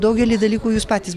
daugelį dalykų jūs patys